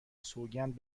سوگند